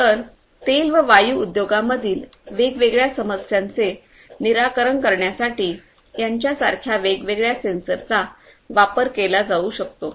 तर तेल व वायू उद्योगातील वेगवेगळ्या समस्यांचे निराकरण करण्यासाठी यांसारख्या वेगवेगळ्या सेन्सरचा वापर केला जाऊ शकतो